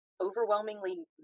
overwhelmingly